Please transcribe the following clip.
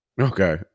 Okay